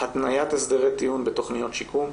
התניית הסדרי טיעון בתכניות שיקום,